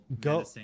go